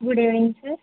good evening sir